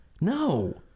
No